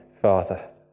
Father